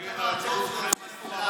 אנחנו רוצים להגן על הציבור ממנסור עבאס.